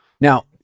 Now